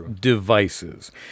devices